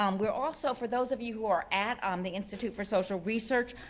um we're also, for those of you who are at um the institute for social research,